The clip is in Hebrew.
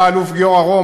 היה אלוף גיורא רום,